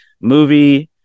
movie